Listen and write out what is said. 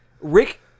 rick